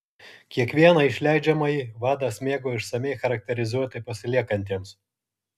kiekvieną išleidžiamąjį vadas mėgo išsamiai charakterizuoti pasiliekantiems